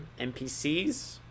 NPCs